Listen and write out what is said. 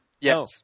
Yes